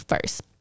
first